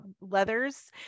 leathers